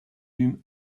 eûmes